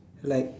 like